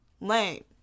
Lame